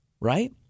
right